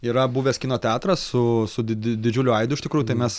yra buvęs kino teatras su su did didžiuliu aidu iš tikrųjų tai mes